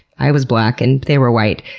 i was black and they were white.